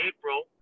April